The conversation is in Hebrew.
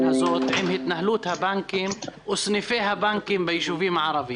הזאת עם התנהלות הבנקים והסניפים בישובים הערביים.